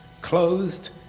clothed